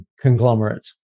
conglomerates